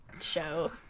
show